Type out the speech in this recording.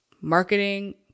marketing